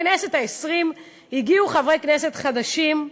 לכנסת העשרים הגיעו חברי כנסת חדשים,